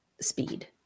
speed